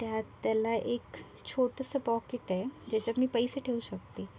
त्यात त्याला एक छोटसं पॉकेट आहे ज्याच्यात मी पैसे ठेऊ शकते